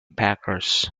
packers